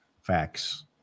Facts